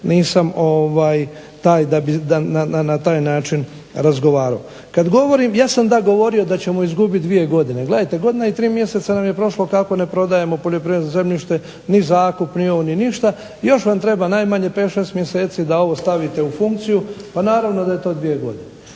bi na taj način razgovarao. Kad govorim, ja sam da govorio da ćemo izgubiti dvije godine. Gledajte, godina i tri mjeseca nam je prošlo kako ne prodajemo poljoprivredno zemljište ni zakup ni ovo ni ništa, još vam treba najmanje 5, 6 mjeseci da ovo stavite u funkciju. Pa naravno da je to dvije godine.